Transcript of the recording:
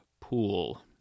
Pool